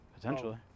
Potentially